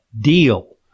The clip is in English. deal